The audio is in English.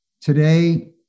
today